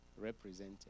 represented